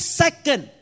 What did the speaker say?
second